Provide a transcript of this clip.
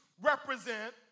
represent